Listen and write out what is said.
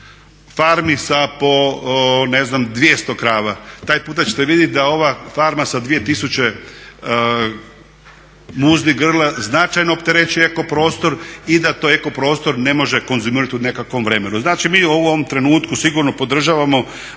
farmi sa po 200 krava. Taj puta ćete vidjet da ova farma sa 2000 muznih grla značajno opterećuje ekoprostor i da to ekoprostor ne može konzumirat u nekakvom vremenu. Znači mi u ovom trenutku sigurno podržavamo